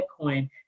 Bitcoin